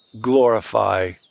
glorify